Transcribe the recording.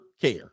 care